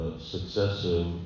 successive